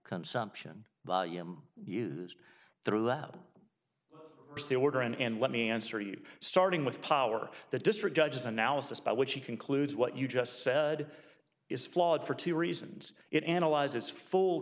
consumption volume used throughout it's the order and let me answer you starting with power the district judges analysis by which he concludes what you just said is flawed for two reasons it analyzes full